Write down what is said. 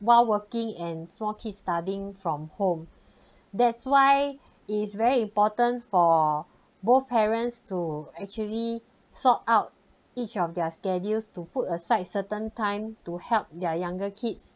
while working and small kids studying from home that's why is very important for both parents to actually sort out each of their schedules to put aside certain time to help their younger kids